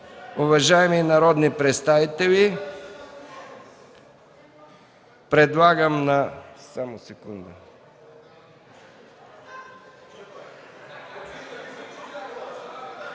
Уважаеми народни представители, поставям на